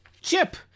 Chip